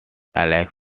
alex